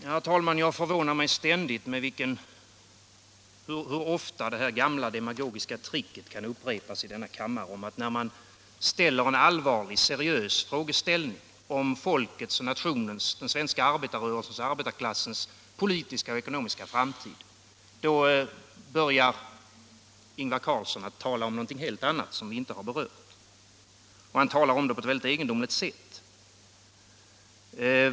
Herr talman! Jag förvånar mig ständigt över hur ofta det gamla demagogiska tricket upprepas i denna kammare. När man ställer en allvarlig seriös fråga om folkets, nationens, den svenska arbetarrörelsens och arbetarklassens politiska och ekonomiska framtid, då börjar Ingvar Carlsson i Tyresö att tala om någonting helt annat, som vi inte berört, och han talar om det på ett egendomligt sätt.